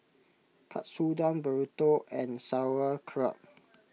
Katsudon Burrito and Sauerkraut